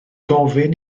gofyn